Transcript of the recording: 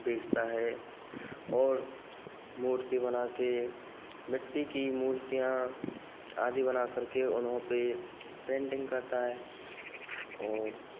बेचता है और मूर्ति बनाकर मिट्टी की मूर्तियाँ आदि बनाकर के उन पर पेंटिंग करता है और